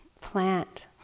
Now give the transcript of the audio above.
plant